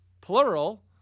plural